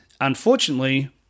unfortunately